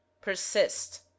persist